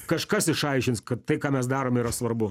kažkas išaiškins kad tai ką mes darom yra svarbu